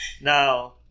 Now